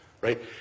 right